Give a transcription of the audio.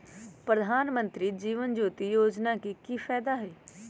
प्रधानमंत्री जीवन ज्योति योजना के की फायदा हई?